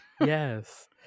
Yes